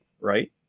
right